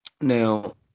Now